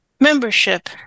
membership